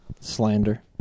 Slander